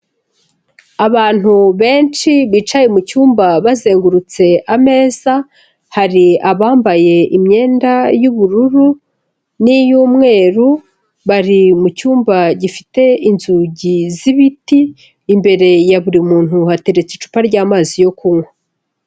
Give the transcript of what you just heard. Abantu benshi bicaye mu cyumba bazengurutse ameza, hari abambaye imyenda y'ubururu n'iy'umweru, bari mu cyumba gifite inzugi z'ibiti, imbere ya buri muntu hateretse icupa ry'amazi yo kunywa.